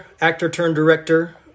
actor-turned-director